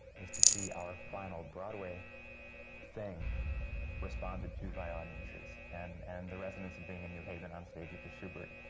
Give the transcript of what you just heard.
is to see our final broadway thing responded to by audiences. and and the residence of being in new haven, onstage at the shubert,